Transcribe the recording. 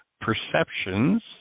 perceptions